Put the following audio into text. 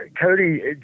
Cody